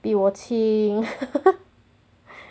比我清